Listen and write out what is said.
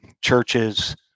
churches